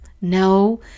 No